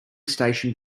station